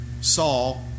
Saul